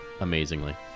amazingly